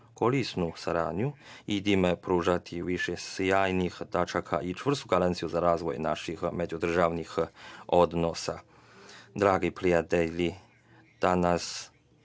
korisnu saradnju i time pružiti više sjajnih tačaka i čvrstu garanciju za razvoj naših međudržavnih odnosa. Dragi prijatelji, danas